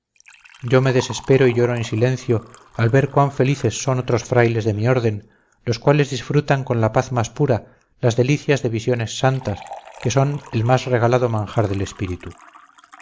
yo me desespero y lloro en silencio al ver cuán felices son otros frailes de mi orden los cuales disfrutan con la paz más pura las delicias de visiones santas que son el más regalado manjar del espíritu